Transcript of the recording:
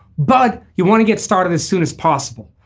but you want to get started as soon as possible.